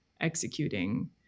executing